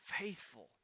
faithful